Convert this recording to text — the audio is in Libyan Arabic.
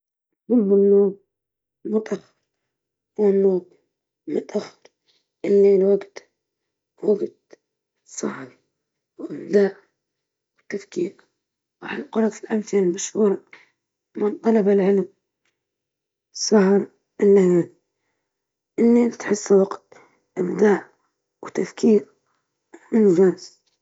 أفضل النوم مبكرًا والاستيقاظ مبكرًا، لأني أشعر أن الصباح وقت للإنتاجية والهدوء، ويعطيك بداية يوم جديدة ومليئة بالنشاط.